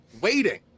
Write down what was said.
waiting